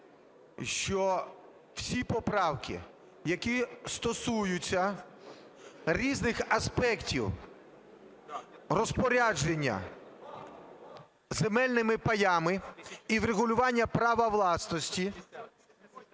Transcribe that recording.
що всі поправки, які стосуються різних аспектів розпорядження земельними паями і врегулювання права власності,